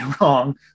wrong